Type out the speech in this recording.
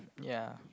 ya